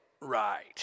right